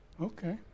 Okay